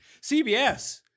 CBS